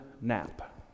nap